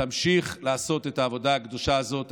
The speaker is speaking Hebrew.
תמשיך לעשות את העבודה הקדושה הזאת.